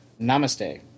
Namaste